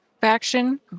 faction